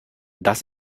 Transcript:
das